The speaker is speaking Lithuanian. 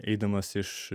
eidamas iš